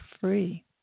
free